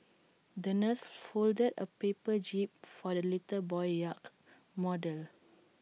the nurse folded A paper jib for the little boy's yacht model